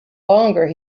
longer